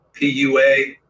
PUA